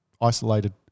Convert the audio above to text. isolated